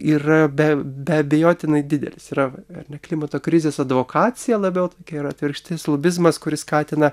yra be be abejotinai didelis yra ne klimato krizės advokacija labiau kokia yra atvirkštinis lobizmas kuris skatina